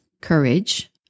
Courage